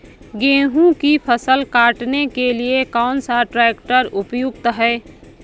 गेहूँ की फसल काटने के लिए कौन सा ट्रैक्टर उपयुक्त है?